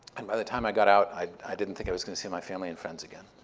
and by the time i got out, i didn't think i was going to see my family and friends again.